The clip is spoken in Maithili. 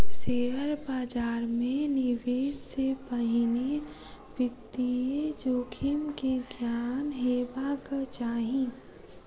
शेयर बाजार मे निवेश से पहिने वित्तीय जोखिम के ज्ञान हेबाक चाही